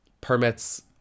permits